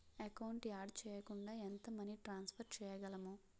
Account add చేయకుండా ఎంత money transfer చేయగలము?